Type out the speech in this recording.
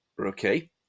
Okay